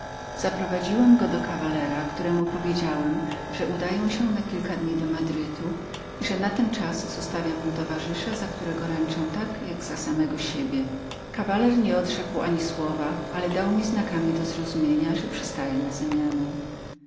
opierać zaprowadziłem go do kawalera któremu powiedziałem że ważne sprawy powoływały mnie na kilka dni do madrytu i że na ten czas zostawiam mu towarzysza za którego ręczę tak jak za drugiego siebie kawaler nie odrzekł ani słowa ale dał mi znakami do zrozumienia że przystaje na zamianę